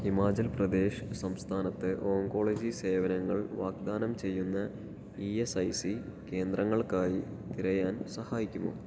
ഹിമാചൽപ്രദേശ് സംസ്ഥാനത്തെ ഓങ്കോളജി സേവനങ്ങൾ വാഗ്ദാനം ചെയ്യുന്ന ഇ എസ് ഐ സി കേന്ദ്രങ്ങൾക്കായി തിരയാൻ സഹായിക്കുമോ